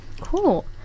Cool